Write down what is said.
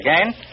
again